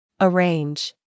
Arrange